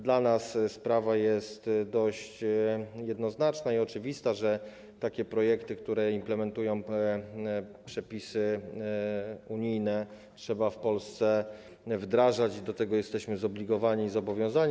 Dla nas sprawa jest dość jednoznaczna i oczywista: takie projekty, które implementują przepisy unijne, trzeba w Polsce wdrażać i do tego jesteśmy zobligowani i zobowiązani.